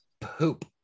poop